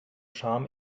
scham